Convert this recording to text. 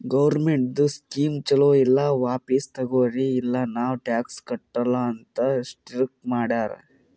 ಗೌರ್ಮೆಂಟ್ದು ಸ್ಕೀಮ್ ಛಲೋ ಇಲ್ಲ ವಾಪಿಸ್ ತಗೊರಿ ಇಲ್ಲ ನಾವ್ ಟ್ಯಾಕ್ಸ್ ಕಟ್ಟಲ ಅಂತ್ ಸ್ಟ್ರೀಕ್ ಮಾಡ್ಯಾರ್